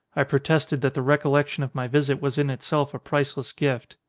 i protested that the recollection of my visit was in itself a priceless gift.